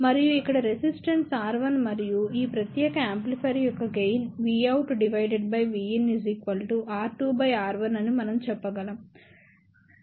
మరియు ఇక్కడ resistance R1 మరియు ఈ ప్రత్యేక యాంప్లిఫైయర్ యొక్క గెయిన్ VoutVinR2R1అని మనం చెప్పగలం